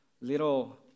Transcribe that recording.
little